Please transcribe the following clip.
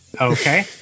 Okay